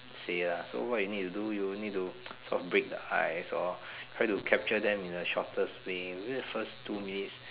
say lah so what you need to do you need to sort of break the ice hor try to capture them in the shortest way within the first two minutes